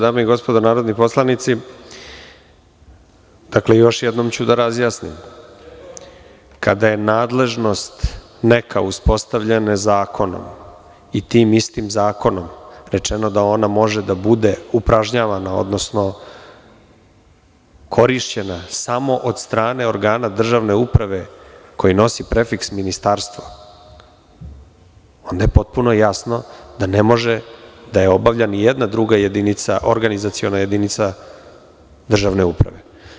Dame i gospodo narodni poslanici, još jednom ću da razjasnim, kada je uspostavljena neka nadležnost zakonom i tim istim zakonom rečeno da ona može da bude upražnjavana, odnosno korišćena samo od strane organa državne uprave koji nosi prefiks ministarstva, onda je potpuno jasno da ne može da je obavlja ni jedna druga jedinica, organizaciona jedinica državne uprave.